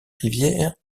rivières